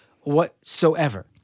whatsoever